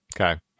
Okay